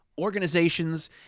organizations